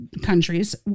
countries